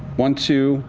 one, two,